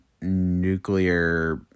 nuclear